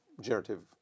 generative